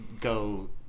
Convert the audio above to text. go